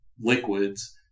liquids